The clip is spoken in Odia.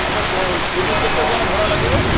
ଆଚ୍ଛା କ'ଣ ପୁରୀ କେତେ କ'ଣ ଭଡ଼ା ଲାଗିବ